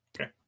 Okay